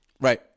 Right